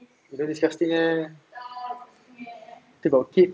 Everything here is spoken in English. you don't disgusting eh still got kid